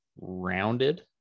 rounded